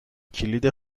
کلید